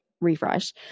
refresh